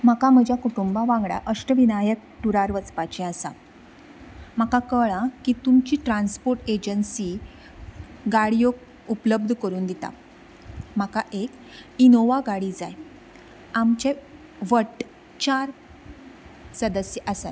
म्हाका म्हज्या कुटुंबा वांगडा अश्टविनायक टुरार वचपाचें आसा म्हाका कळ्ळां की तुमची ट्रान्स्पोर्ट एजंसी गाडयो उपलब्द करून दिता म्हाका एक इनोवा गाडी जाय आमचे वट्ट चार सदस्य आसात